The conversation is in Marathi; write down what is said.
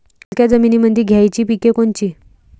हलक्या जमीनीमंदी घ्यायची पिके कोनची?